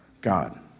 God